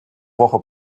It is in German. woche